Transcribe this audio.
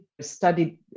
studied